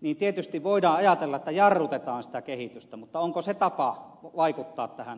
niin tietysti voidaan ajatella että jarrutetaan sitä kehitystä mutta onko se tapa vaikuttaa tähän asiaan